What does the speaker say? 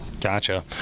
gotcha